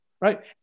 right